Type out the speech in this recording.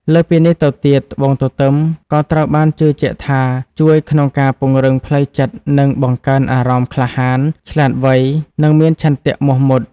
លើសពីនេះទៅទៀត ត្បូងទទឹមក៏ត្រូវបានជឿជាក់ថាជួយក្នុងការពង្រឹងផ្លូវចិត្ត និងបង្កើនអារម្មណ៍ក្លាហាន ឆ្លាតវៃ និងមានឆន្ទៈមុះមាត់។